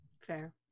Fair